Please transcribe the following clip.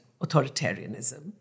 authoritarianism